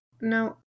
No